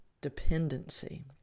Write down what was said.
dependency